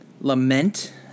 lament